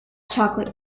chocolate